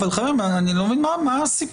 חברים, אני לא מבין מה הסיפור.